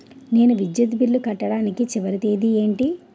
నేను విద్యుత్ బిల్లు కట్టడానికి చివరి తేదీ ఏంటి?